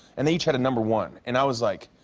and they each had a number one. and i was like,